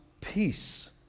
peace